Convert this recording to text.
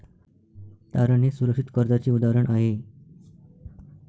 तारण हे सुरक्षित कर्जाचे उदाहरण आहे